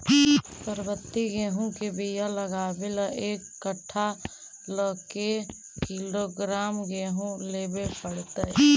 सरबति गेहूँ के बियाह लगबे ल एक कट्ठा ल के किलोग्राम गेहूं लेबे पड़तै?